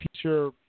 future